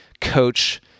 coach